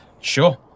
Sure